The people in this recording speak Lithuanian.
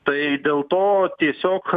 tai dėl to tiesiog